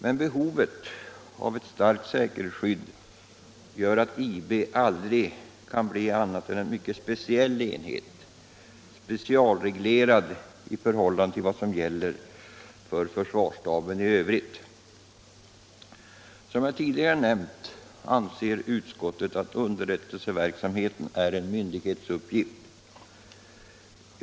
Men behovet av ett starkt säkerhetsskydd gör att IB aldrig kan bli annat än en mycket speciell enhet, specialreglerad i förhållande till vad som gäller för försvarsstaben i övrigt. Som jag tidigare nämnt anser utskottet att underrättelseverksamheten är en myndighetsuppgift.